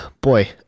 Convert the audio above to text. boy